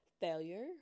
failure